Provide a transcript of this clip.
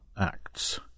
acts